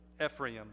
Ephraim